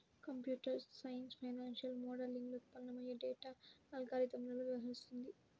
computer science financial మోడలింగ్లో ఉత్పన్నమయ్యే data అల్గారిథమ్లతో వ్యవహరిస్తుంది